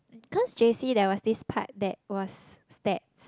cause J_C there was this part that was stats